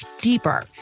deeper